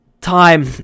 time